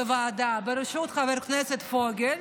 בוועדה בראשות חבר הכנסת פוגל,